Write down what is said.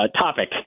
topic